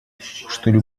чтобы